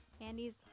Andy's